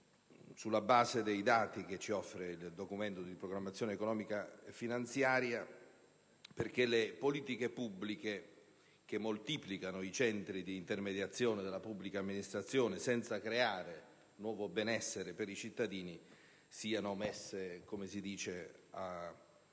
sulla base dei dati che ci offre il Documento di programmazione economico-finanziaria, affinché le politiche pubbliche, che moltiplicano i centri di intermediazione della pubblica amministrazione senza creare nuovo benessere per i cittadini, siano messe a valutazione.